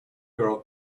girl